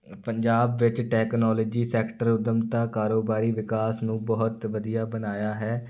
ਪੰਜਾਬ ਵਿੱਚ technology sector ਉੱਦਮਤਾ ਕਾਰੋਬਾਰੀ ਵਿਕਾਸ ਨੂੰ ਬਹੁਤ ਵਧੀਆ ਬਣਾਇਆ ਹੈ